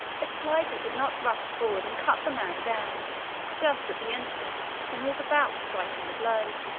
if clitus had not rushed forward and cut the man down just at the instant when he was about striking the blow.